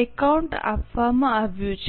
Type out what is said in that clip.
account આપવામાં આવ્યું છે